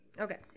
Okay